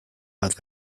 bat